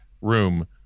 room